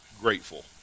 Grateful